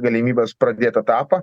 galimybes pradėt etapą